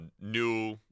new